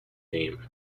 name